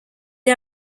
gli